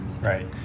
right